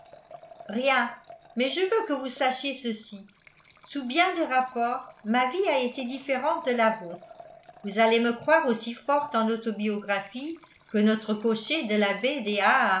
rien mais je veux que vous sachiez ceci sous bien des rapports ma vie a été différente de la vôtre vous allez me croire aussi forte en autobiographie que notre cocher de la baie